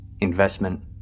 investment